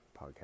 podcast